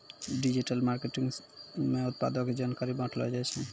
digital marketing मे उत्पादो के जानकारी बांटलो जाय छै